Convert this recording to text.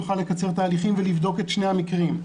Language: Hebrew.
נוכל לקצר תהליכים ולבדוק את שני המקרים.